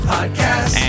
Podcast